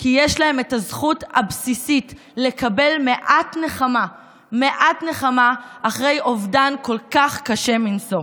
כי יש להם את הזכות הבסיסית לקבל מעט נחמה אחרי אובדן קשה מנשוא.